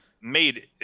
made –